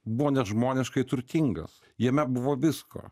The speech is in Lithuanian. buvo nežmoniškai turtingas jame buvo visko